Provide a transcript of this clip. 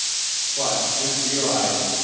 but just realize,